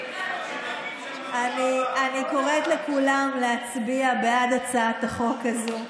אני קוראת לכולם להצביע בעד הצעת החוק הזו.